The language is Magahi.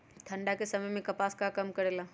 ठंडा के समय मे कपास का काम करेला?